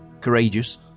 courageous